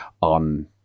on